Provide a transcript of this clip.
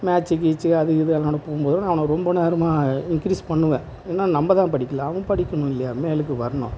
மேட்ச்சி கீச்சி அது இது நடக்கும் போது அவனை ரொம்ப நேரமாக இன்க்ரீஸ் பண்ணுவேன் என நம்ம தான் படிக்கலை அவன் படிக்கணும் இல்லையா மேலுக்கு வரணும்